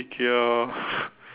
IKEA